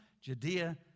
Judea